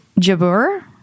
Jabur